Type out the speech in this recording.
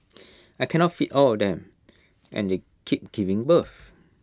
I cannot feed all of them and they keep giving birth